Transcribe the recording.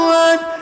one